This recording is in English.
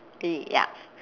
!ee! yuck